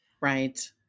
Right